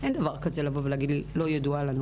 אין דבר כזה להגיד שלא ידוע לנו.